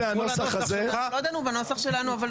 לא דנו בנוסח שלנו.